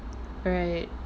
right